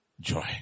joy